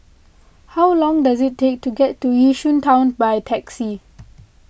how long does it take to get to Yishun Town by taxi